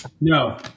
No